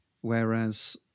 whereas